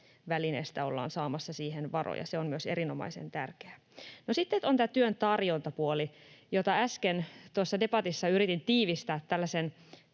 elpymisvälineestä ollaan saamassa siihen varoja. Myös se on erinomaisen tärkeää. No, sitten on tämä työn tarjontapuoli, jota äsken tuossa debatissa yritin tiivistää tällaisen